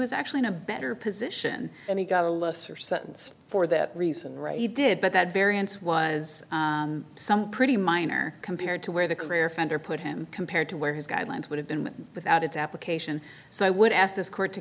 was actually in a better position and he got a lesser sentence for that reason right he did but that variance was some pretty minor compared to where the career offender put him compared to where his guidelines would have been without its application so i would ask this court to